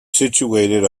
situated